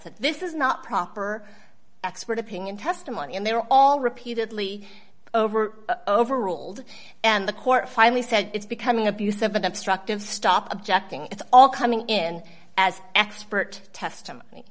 that this is not proper expert opinion testimony and they were all repeatedly over overruled and the court finally said it's becoming abusive and obstructive stop objecting it's all coming in as expert testimony